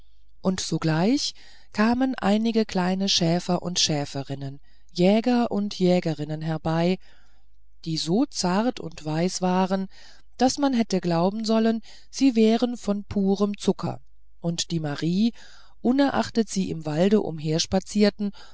und sogleich kamen einige kleine schäfer und schäferinnen jäger und jägerinnen herbei die so zart und weiß waren daß man hätte glauben sollen sie wären von purem zucker und die marie unerachtet sie im walde